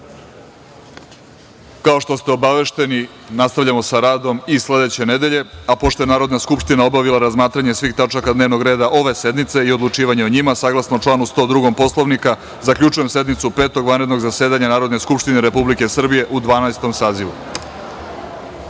što ste obavešteni, nastavljamo sa radom i sledeće nedelje. Pošto je Narodna skupština obavila razmatranje svih tačaka dnevnog reda ove sednice i odlučivanje o njima, saglasno članu 102. Poslovnika, zaključujem sednicu Petog vanrednog zasedanja Narodne skupštine Republike Srbije u Dvanaestom